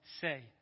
say